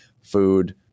food